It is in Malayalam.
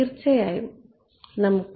തീർച്ചയായും നമുക്ക്